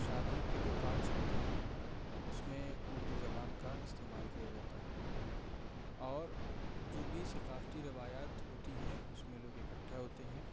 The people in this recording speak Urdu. شادیوں کے جو کاٹ چھپتے ہیں اس میں اردو زبان کا استعمال کیا جاتا ہے اور جو بھی ثقافتی روایات ہوتی ہیں اس میں لوگ اکٹھا ہوتے ہیں